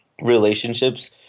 relationships